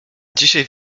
dzisiaj